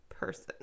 person